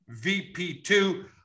VP2